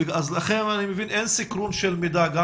לכן אני מבין שאין סינכרון של מידע גם